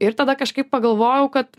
ir tada kažkaip pagalvojau kad